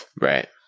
Right